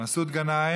חבר הכנסת מסעוד גנאים,